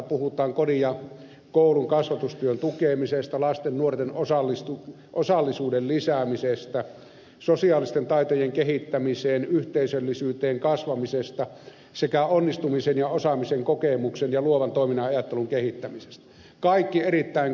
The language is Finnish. puhutaan kodin ja koulun kasvatustyön tukemisesta lasten ja nuorten osallisuuden lisäämisestä sosiaalisten taitojen kehittämisestä yhteisöllisyyteen kasvamisesta sekä onnistumisen ja osaamisen kokemuksesta ja luovan toiminnan ja ajattelun kehittämisestä kaikki erittäin kannatettavia asioita